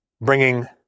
bringing